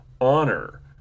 honor